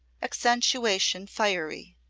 accentuation fiery!